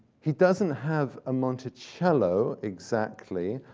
he doesn't have a monticello, exactly,